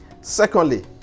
Secondly